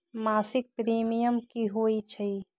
मासिक प्रीमियम की होई छई?